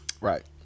Right